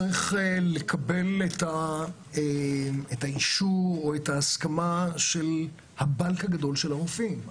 צריך לקבל אישור או הסכמה של הבאלק הגדול של הרופאים.